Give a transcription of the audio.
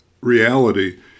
reality